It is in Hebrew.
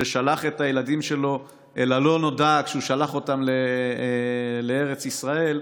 ששלח את הילדים שלו אל הלא-נודע כשהוא שלח אותם לארץ ישראל.